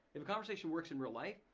if a conversation works in real life,